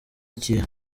ikihe